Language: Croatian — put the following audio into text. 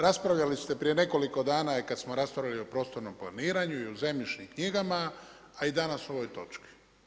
Raspravljali ste prije nekoliko dana i kad smo raspravljali o prostornom planiranju i o zemljišnim knjigama, a i danas o ovoj točki.